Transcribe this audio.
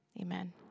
Amen